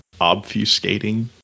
obfuscating